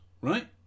right